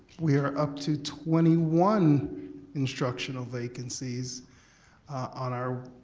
we are up to twenty one instructional vacancies on our